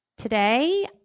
Today